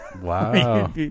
Wow